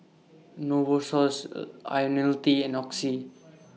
Novosource Ionil T and Oxy